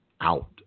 out